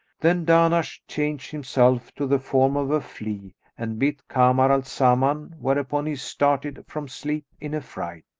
then dahnash changed himself to the form of a flea and bit kamar al-zaman, whereupon he started from sleep in a fright